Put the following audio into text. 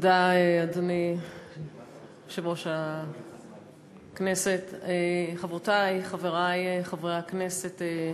אדוני היושב-ראש, תודה, חברותי וחברי חברי הכנסת,